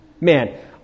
Man